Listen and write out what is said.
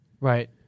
Right